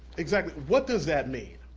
exactly what does that mean?